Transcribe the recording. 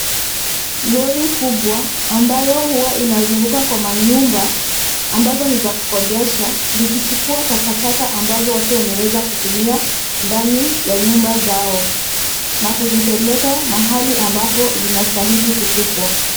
Lori kubwa ambayo huwa inazunguka kwa manyumba ambazo ni za kukodesha likichukua takataka ambazo watu wameweza kutumia ndani ya nyumba zao na kuzipeleka mahali ambapo zinastahili kutupwa.